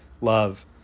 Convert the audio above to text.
love